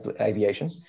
aviation